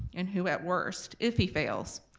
and who at worst, if he fails,